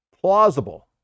plausible